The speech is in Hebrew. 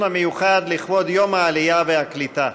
7708, 7760, 7700, 7770, 7773, 7780 ו-7782.